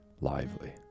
lively